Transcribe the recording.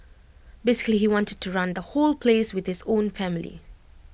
basically he wanted to run the whole place with his own family